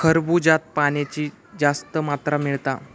खरबूज्यात पाण्याची जास्त मात्रा मिळता